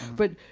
but